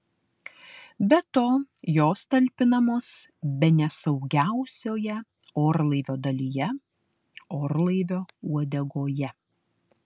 be to jos talpinamos bene saugiausioje orlaivio dalyje orlaivio uodegoje